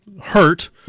hurt